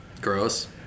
gross